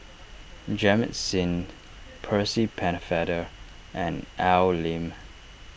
Jamit Singh Percy Pennefather and Al Lim